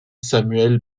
samuel